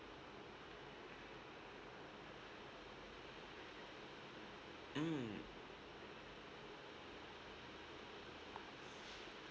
mm